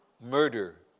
murder